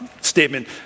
statement